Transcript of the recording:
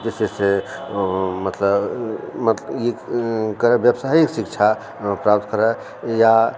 जे छै से मतलब मत व्यवसायिक शिक्षा प्राप्त करय या